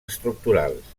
estructurals